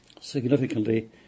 Significantly